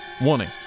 Warning